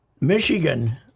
Michigan